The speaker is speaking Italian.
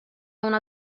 una